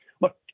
look